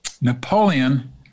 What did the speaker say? Napoleon